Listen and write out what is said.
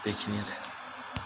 बेखिनि आरो